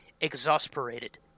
Exasperated